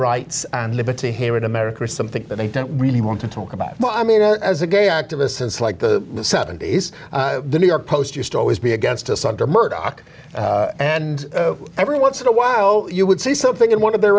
rights and liberty here in america is something that they don't really want to talk about but i mean as a gay activist since like the seventy's the new york post used to always be against us under murdoch and every once in a while you would see something in one of their